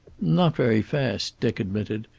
not very fast, dick admitted.